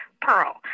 Pearl